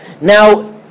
Now